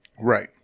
Right